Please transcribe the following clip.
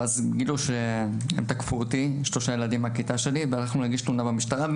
גילו ששלושה ילדים מהכיתה שלי תקפו אותי והלכנו להגיש תלונה במשטרה.